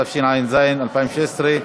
התשע"ז 2016,